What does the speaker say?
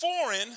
foreign